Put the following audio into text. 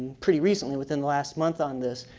pretty recently within the last month on this.